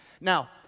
Now